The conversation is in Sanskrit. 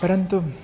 परन्तु